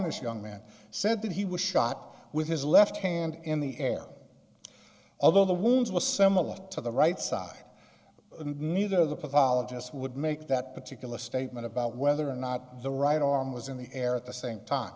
this young man said that he was shot with his left hand in the air although the wounds were similar to the right side and neither of the pathologists would make that particular statement about whether or not the right arm was in the air at the same time